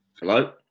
Hello